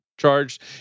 charged